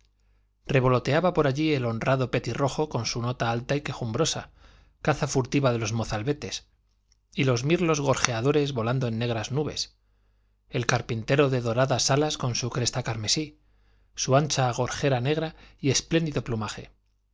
revoloteaba por allí el honrado petirrojo con su nota alta y quejumbrosa caza favorita de los mozalbetes y los mirlos gorjeadores volando en negras nubes el carpintero de doradas alas con su cresta carmesí su ancha gorguera negra y espléndido plumaje